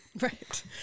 Right